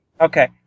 okay